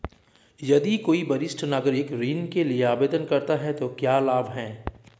यदि कोई वरिष्ठ नागरिक ऋण के लिए आवेदन करता है तो क्या लाभ हैं?